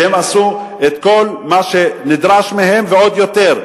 הם עשו את כל מה שנדרש מהם ועוד יותר.